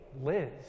Liz